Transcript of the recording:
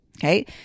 Okay